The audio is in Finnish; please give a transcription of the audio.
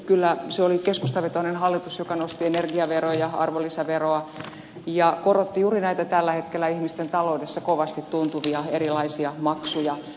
kyllä se oli keskustavetoinen hallitus joka nosti energiaveroja arvonlisäveroa ja korotti juuri näitä tällä hetkellä ihmisten taloudessa kovasti tuntuvia erilaisia maksuja